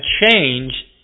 change